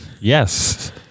yes